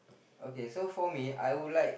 okay so for me I would like